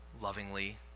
lovingly